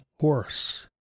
horse